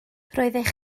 roeddech